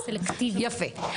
יפה.